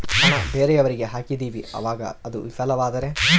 ಹಣ ಬೇರೆಯವರಿಗೆ ಹಾಕಿದಿವಿ ಅವಾಗ ಅದು ವಿಫಲವಾದರೆ?